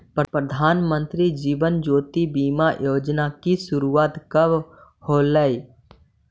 प्रधानमंत्री जीवन ज्योति बीमा योजना की शुरुआत कब होलई